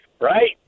right